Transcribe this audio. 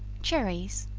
cherries.